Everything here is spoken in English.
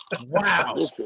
Wow